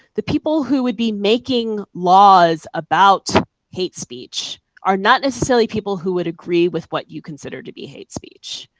the people who would be making laws about hate speech are not necessarily people who would agree with what you consider to be hate speech.